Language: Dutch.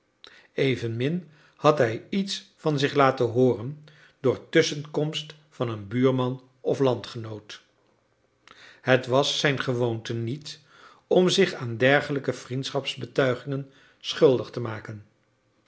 evenmin had hij iets van zich laten hooren door tusschenkomst van een buurman of landgenoot het was zijn gewoonte niet om zich aan dergelijke vriendschapsbetuigingen schuldig te maken